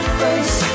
face